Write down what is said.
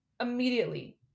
Immediately